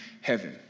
heaven